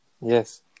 Yes